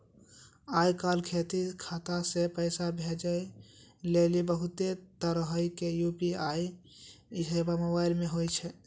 आय काल खाता से पैसा भेजै लेली बहुते तरहो के यू.पी.आई सेबा मोबाइल मे होय छै